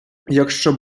якщо